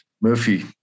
Murphy